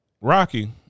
Rocky